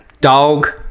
Dog